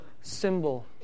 symbol